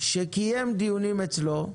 שקיים דיונים אצלו.